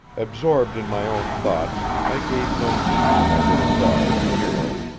absorbed in my own thoughts i gave no heed to my little dog, hero,